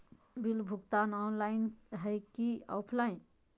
Bill भुगतान online है की ऑफलाइन?